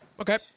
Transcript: Okay